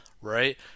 Right